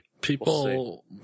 People